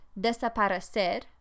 desaparecer